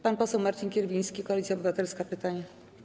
Pan poseł Marcin Kierwiński, Koalicja Obywatelska, pytanie.